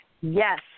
Yes